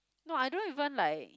no I don't even like